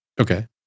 Okay